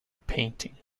painting